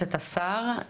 יועצת השר.